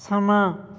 ਸਮਾਂ